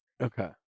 Okay